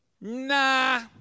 Nah